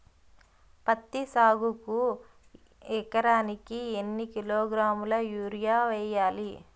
పత్తి సాగుకు ఎకరానికి ఎన్నికిలోగ్రాములా యూరియా వెయ్యాలి?